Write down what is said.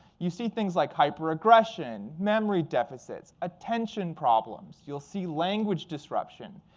you see things like hyper-aggression, memory deficits, attention problems. you'll see language disruption,